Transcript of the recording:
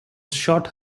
shot